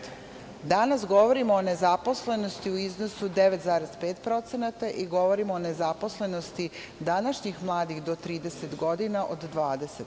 Danas govorimo o nezaposlenosti u iznosu od 9,5% i govorimo o nezaposlenosti današnjih mladih do 30 godina od 20%